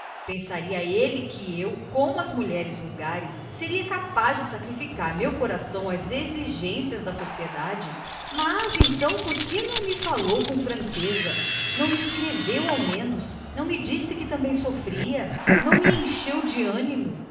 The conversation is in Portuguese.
pensaria ele que eu seria capaz como as outras de sacrificar meu coração aos preconceitos sociais mas então por que não me falou com franqueza não me escreveu ao menos não me disse que também sofria e não me deu ânimo